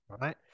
Right